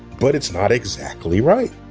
but it's not exactly right.